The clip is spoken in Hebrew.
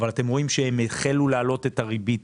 אבל אתם רואים שהם החלו להעלות את הריבית